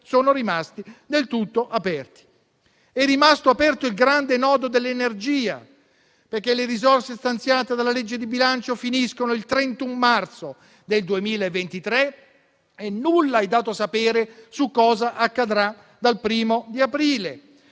sono rimasti del tutto aperti. È rimasto aperto il grande nodo dell'energia, perché le risorse stanziate dalla legge di bilancio finiscono il 31 marzo 2023 e nulla è dato sapere su cosa accadrà dal 1o aprile.